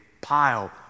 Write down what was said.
pile